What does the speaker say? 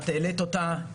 את העלית אותה,